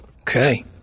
Okay